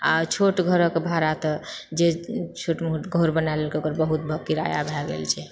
आ छोट घरक भाड़ा तऽ जे छोट मोट घर बनाय लेलकै ओकर बहुत किराया भए गेल छै